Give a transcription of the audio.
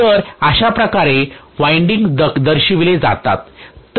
तर अशा प्रकारे विंडिंग्जचे दाखविले जातात